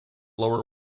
lower